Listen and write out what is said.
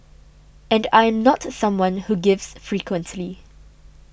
and I am not someone who gives frequently